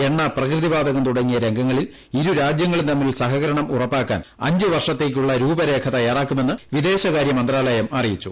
എണ്ണ പ്രകൃതിവാതകം തുടങ്ങിയ രംഗങ്ങളിൽ ഇരുരാജ്യങ്ങളും തമ്മിൽ സഹകരണം ഉറപ്പാക്കാൻ അഞ്ച് വർഷത്തേക്കുള്ള രൂപരേഖ തയ്യാറാക്കുമെന്ന് വിദേശകാര്യ മന്ത്രാലയം അറിയിച്ചു